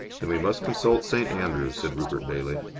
then we must consult st. andrews, said rupert bailey.